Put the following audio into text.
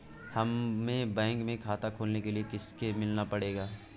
हमे बैंक में खाता खोलने के लिए किससे मिलना पड़ेगा?